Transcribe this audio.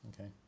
Okay